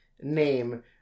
name